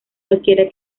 cualquiera